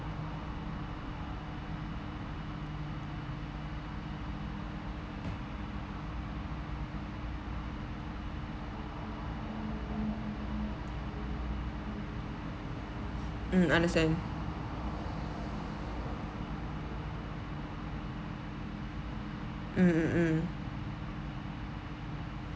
mm understand mm mm mm